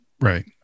Right